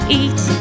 eat